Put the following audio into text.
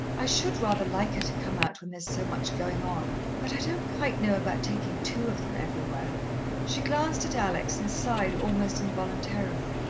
i should rather like her to come out when there is so much going on, but i don't quite know about taking two of them everywhere she glanced at alex and sighed almost involuntarily.